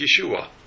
Yeshua